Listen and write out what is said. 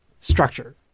structure